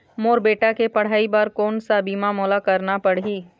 मोर बेटा के पढ़ई बर कोन सा बीमा मोला करना पढ़ही?